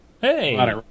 Hey